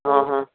हा हा